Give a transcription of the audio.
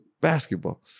basketball